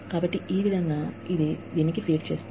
కాబట్టి ఈ విధంగా ఇది దీనికి ఫీడ్ చేస్తుంది